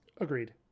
Agreed